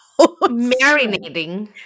marinating